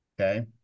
okay